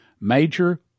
major